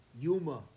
Yuma